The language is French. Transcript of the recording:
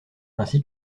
ainsi